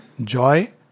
joy